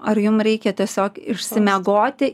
ar jum reikia tiesiog išsimiegoti